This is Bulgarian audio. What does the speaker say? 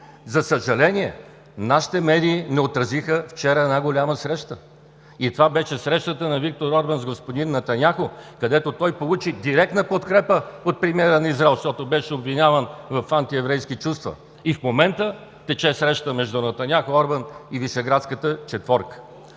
За съжаление, нашите медии не отразиха вчера една голяма среща и това беше срещата на Виктор Орбан с господин Нетаняху, където той получи директна подкрепа от премиера на Израел, защото беше обвиняван в антиеврейски чувства. И в момента тече среща между Нетаняху, Орбан и Вишеградската четворка.